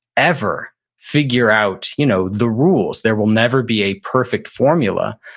ever figure out you know the rules. there will never be a perfect formula.